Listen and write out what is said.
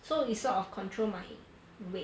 so it sort of control my weight